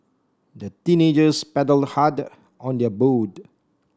the teenagers paddled hard on their boat